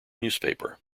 newspaper